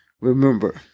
Remember